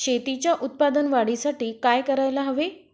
शेतीच्या उत्पादन वाढीसाठी काय करायला हवे?